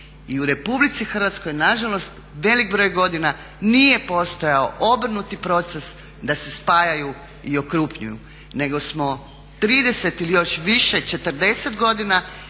i u RH nažalost velik broj godina nije postojao obrnuti proces da se spajaju i okrupnjuju nego smo 30 ili još više 40 godina